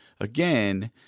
again